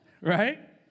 Right